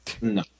No